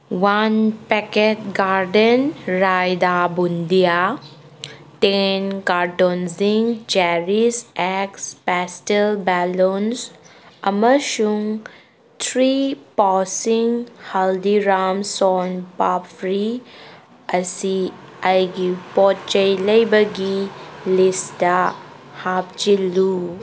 one packet garden ꯔꯥꯏꯗꯥꯕꯨꯟꯗꯤꯌꯥ ten ꯀꯥꯔꯇꯨꯟꯁꯤꯡ cherries ꯑꯦꯛꯁ ꯄꯦꯁꯇꯜ ꯕꯦꯂꯨꯟꯁ ꯑꯃꯁꯨꯡ ꯊ꯭ꯔꯤ ꯄꯥꯎꯁꯤꯡ ꯍꯜꯗꯤꯔꯥꯝ ꯁꯣꯟ ꯄꯥꯞꯄ꯭ꯔꯤ ꯑꯁꯤ ꯑꯩꯒꯤ ꯄꯣꯠ ꯆꯩ ꯂꯩꯕꯒꯤ ꯂꯤꯁꯇ ꯍꯥꯞꯆꯤꯜꯂꯨ